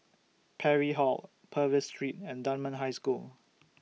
Parry Hall Purvis Street and Dunman High School